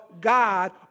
God